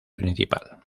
principal